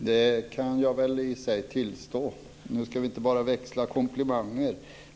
Herr talman! Det kan jag i och för sig tillstå. Nu ska vi inte bara utväxla komplimanger.